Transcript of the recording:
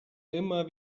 immer